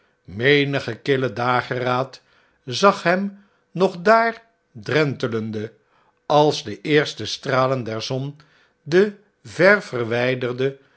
menige kille dageraad zag hem nog daar drentelende als de eerste stralen der zon de ver verwjderde